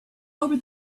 over